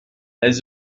les